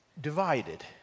divided